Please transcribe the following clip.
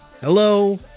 Hello